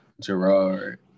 Gerard